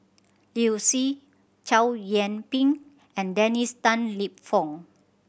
Liu Si Chow Yian Ping and Dennis Tan Lip Fong